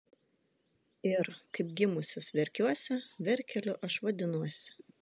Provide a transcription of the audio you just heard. ir kaip gimusis verkiuose verkeliu aš vadinuosi